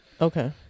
Okay